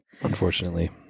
Unfortunately